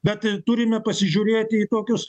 bet turime pasižiūrėti į tokius